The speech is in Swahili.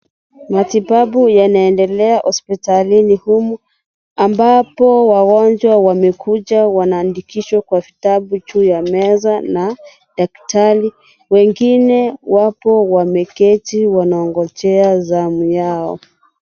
Matibabu yanaendelea hospitalini humu ambapo wagonjwa awamekuja wanajiandikishwa kwa vitabu juu ya meza na daktari wengine wapo wameketi wanangojea zamu yao.